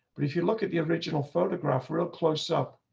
but if you look at the original photograph real close up.